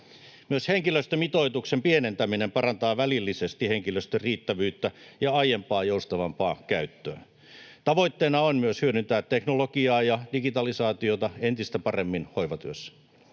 Myös henkilöstömitoituksen pienentäminen parantaa välillisesti henkilöstön riittävyyttä ja aiempaa joustavampaa käyttöä. Tavoitteena on myös hyödyntää teknologiaa ja digitalisaatiota entistä paremmin hoivatyössä.